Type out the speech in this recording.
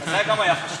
זה גם היה חשוב.